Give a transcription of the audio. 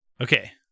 Okay